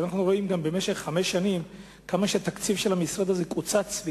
אנחנו רואים כמה התקציב של המשרד הזה קוצץ במשך חמש שנים,